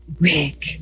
Rick